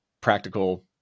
practical